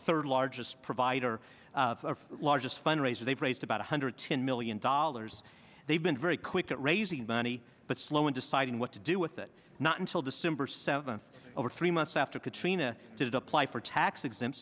third largest provider largest fundraiser they've raised about one hundred ten million dollars they've been very quick at raising money but slow in deciding what to do with it not until december seventh over three months after katrina did apply for tax exempt